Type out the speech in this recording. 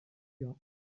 nearby